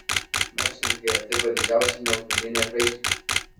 mokslininkai aptiko didžiausią neutroninę žvaigždę